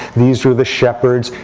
these are the shepherds,